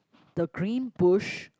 the green bush